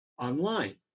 online